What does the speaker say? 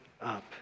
up